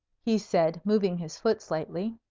he said, moving his foot slightly.